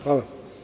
Hvala.